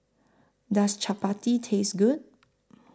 Does Chapati Taste Good